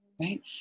right